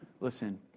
Listen